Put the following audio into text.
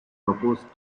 proposed